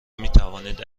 میتوانید